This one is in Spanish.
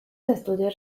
estudios